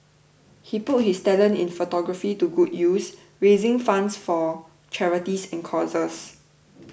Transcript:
he put his talent in photography to good use raising funds for charities and causes